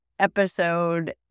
episode